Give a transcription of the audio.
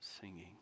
singing